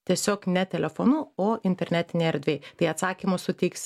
tiesiog ne telefonu o internetinėj erdvėj tai atsakymus suteiks